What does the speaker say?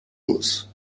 muss